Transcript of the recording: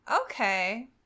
Okay